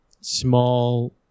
small